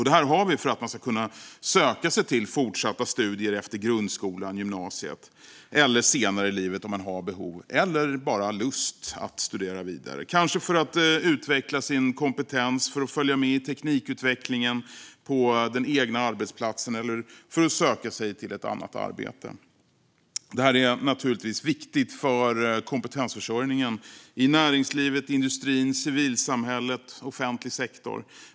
Det har vi för att man ska kunna söka sig till fortsatta studier efter grundskolan och gymnasiet, eller senare i livet om man har behov eller bara lust att studera vidare, kanske för att utveckla sin kompetens, för att följa med i teknikutvecklingen på den egna arbetsplatsen eller för att söka sig till ett annat arbete. Detta är naturligtvis viktigt för kompetensförsörjningen i näringslivet, industrin, civilsamhället och den offentliga sektorn.